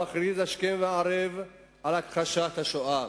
המכריז השכם והערב על הכחשת השואה